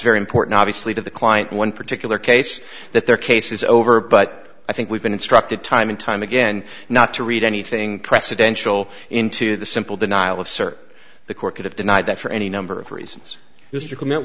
very important obviously to the client one particular case that their case is over but i think we've been instructed time and time again not to read anything precedential into the simple denial of sir the court could have denied that for any number of reasons mr commit